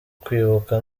kwibuka